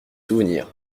souvenir